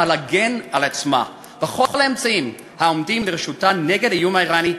להגן על עצמה בכל האמצעים העומדים לרשותה נגד האיום האיראני,